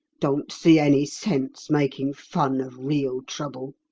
don't see any sense making fun of real trouble